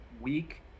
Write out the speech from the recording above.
week